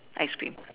ice cream